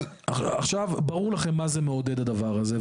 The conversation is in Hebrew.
עכשיו, ברור לכם מה זה מעודד הדבר הזה.